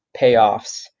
payoffs